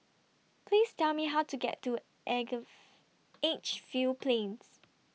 Please Tell Me How to get to Edgefield Plains